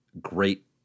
great